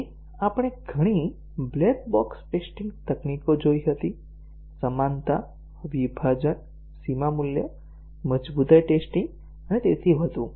અને આપણે ઘણી બ્લેક બોક્સ ટેસ્ટીંગ તકનીકો જોઈ હતી સમાનતા વિભાજન સીમા મૂલ્ય મજબૂતાઈ ટેસ્ટીંગ અને તેથી વધુ